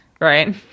right